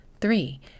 Three